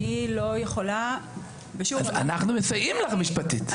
אני לא יכולה --- אנחנו מסייעים לך משפטית,